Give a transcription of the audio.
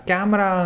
Camera